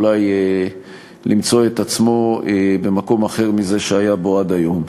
אולי למצוא את עצמו במקום אחר מהמקום שהוא היה בו עד היום.